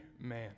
man